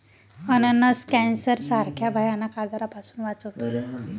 अननस कॅन्सर सारख्या भयानक आजारापासून वाचवते